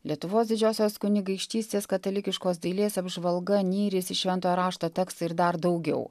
lietuvos didžiosios kunigaikštystės katalikiškos dailės apžvalga nyris į šventojo rašto tekstą ir dar daugiau